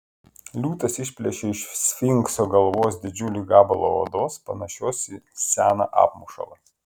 liūtas išplėšė iš sfinkso galvos didžiulį gabalą odos panašios į seną apmušalą